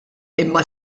imma